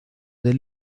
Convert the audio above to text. del